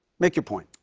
make your point.